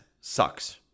sucks